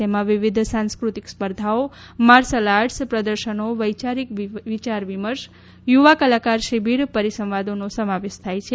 તેમાં વિવિધ સાંસ્કૃતિક સ્પર્ધાઓ માર્શલ આર્ટસ પ્રદર્શનો બૌઘ્ઘિક વિચાર વિમર્શ યુવા કલાકાર શિબીર પરીસંવાદોનો સમાવેશ થાય છે